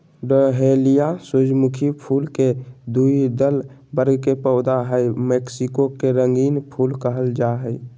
dahlia सूर्यमुखी फुल के द्विदल वर्ग के पौधा हई मैक्सिको के रंगीन फूल कहल जा हई